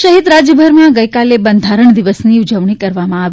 દેશ સહિત રાજ્યભરમાં ગઇકાલે બંધારણ દિવસની ઉજવણી કરવામાં આવી